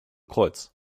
kreuz